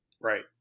Right